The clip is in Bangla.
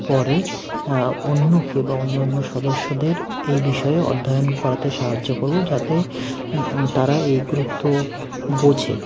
পরে অন্যকে বা অন্য অন্য সদস্যদের এই বিষয়ে অধ্যয়ন করাতে সাহায্য করবো যাতে তারা এই গুরুত্ব বোঝে